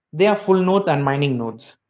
they are full nodes and mining nodes.